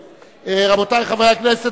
רבותי חברי הכנסת,